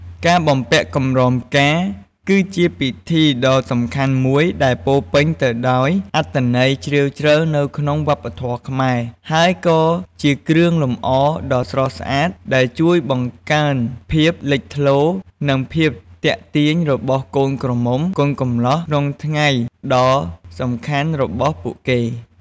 ការបំពាក់កម្រងផ្កា គឺជាពិធីដ៏សំខាន់មួយដែលពោរពេញទៅដោយអត្ថន័យជ្រាលជ្រៅនៅក្នុងវប្បធម៌ខ្មែរ ហើយក៏ជាគ្រឿងលម្អដ៏ស្រស់ស្អាតដែលជួយបង្កើនភាពលេចធ្លោ និងភាពទាក់ទាញរបស់កូនក្រមុំ កូនកំលោះក្នុងថ្ងៃដ៏សំខាន់របស់ពួកគេ។